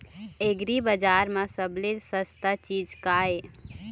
एग्रीबजार म सबले सस्ता चीज का ये?